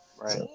Right